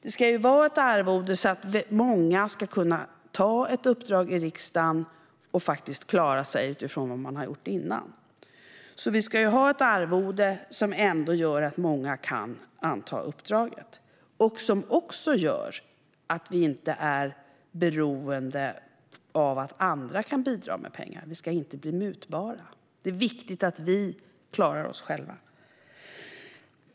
Det ska ju vara ett arvode som gör att många kan ta ett uppdrag i riksdagen och klara sig oavsett vad de har gjort tidigare. Vi ska alltså ha ett arvode som ändå gör att många kan anta uppdraget - och som även gör att vi inte är beroende av att andra kan bidra med pengar. Vi ska inte bli mutbara. Det är viktigt att vi klarar oss själva.